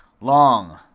long